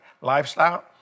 lifestyle